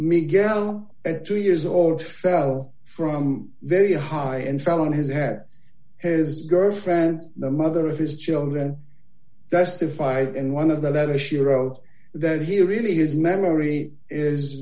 gal at two years old fell from very high and fell on his hat his girlfriend the mother of his children justified in one of the letter she wrote that he really his memory is